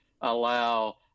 allow